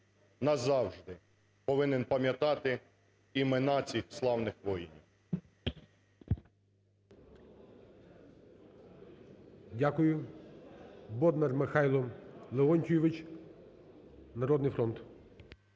назавжди повинен пам'ятати імена цих славних воїнів. ГОЛОВУЮЧИЙ. Дякую. Бондар Михайло Леонтійович, "Народний фронт".